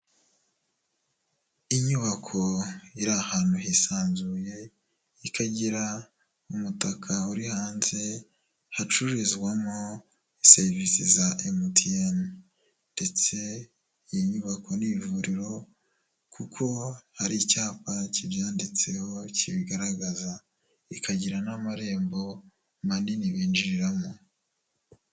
Inyubako iri ahantu hisanzuye, ikagira umutaka uri hanze hacururizwamo serivisi za MTN. Ndetse iyi nyubako, ni ivuriro kuko hari icyapa kibyanditseho kibigaragaza. Ikagira n'amarembo manini binjiriramo.